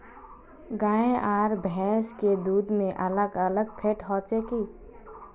गाय आर भैंस के दूध में अलग अलग फेट होचे की?